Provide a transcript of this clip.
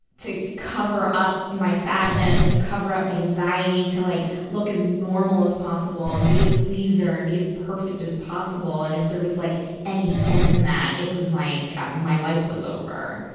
to cover up my sadness, to cover up my anxiety, to like look as normal as possible and be a pleaser and be as perfect as possible. and if there was like any dent in that, it was like ah my life was over.